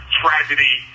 tragedy